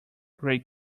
great